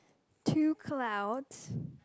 two clouds